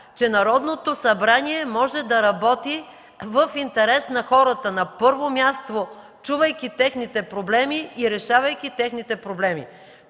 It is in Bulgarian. че Народното събрание може да работи в интерес на хората, на първо място, чувайки техните проблеми и решавайки ги. Те пропуснаха